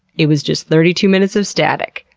it was just thirty two minutes of static.